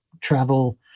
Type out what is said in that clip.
travel